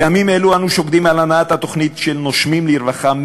בימים אלה אנו שוקדים על הנעת התוכנית "נושמים לרווחה":